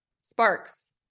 sparks